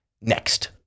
Next